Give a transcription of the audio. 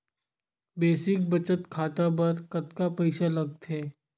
Basic बचत खाता बर कतका पईसा लगथे?